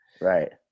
Right